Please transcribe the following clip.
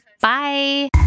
Bye